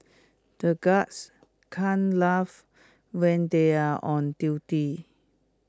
the guards can't laugh when they are on duty